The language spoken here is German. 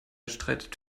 streitet